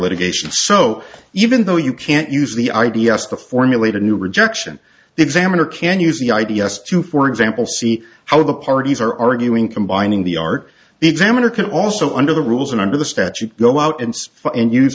litigation so even though you can't use the i d s to formulate a new rejection the examiner can use the i d s to for example see how the parties are arguing combining the art the examiner can also under the rules and under the statute go out and